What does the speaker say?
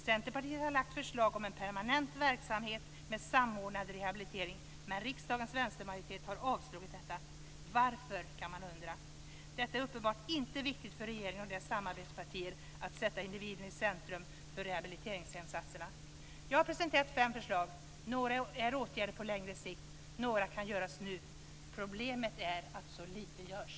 Centerpartiet har lagt fram förslag om en permanent verksamhet med samordnad rehabilitering, men riksdagens vänstermajoritet har avslagit detta. Varför, kan man undra! Det är uppenbarligen inte viktigt för regeringen och dess samarbetspartier att sätta individen i centrum för rehabiliteringsinsatserna. Jag har presenterat fem förslag. Några är åtgärder på längre sikt, och några kan genomföras nu. Problemet är att så lite görs.